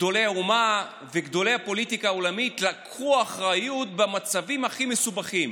גדולי האומה וגדולי הפוליטיקה העולמית לקחו אחריות במצבים הכי מסובכים.